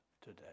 today